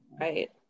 right